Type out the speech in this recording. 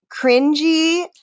cringy